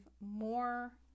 more